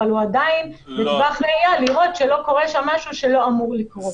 אבל הוא עדיין בטווח ראייה לראות שלא קורה שם משהו שלא אמור לקרות.